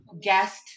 guest